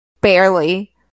Barely